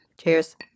Cheers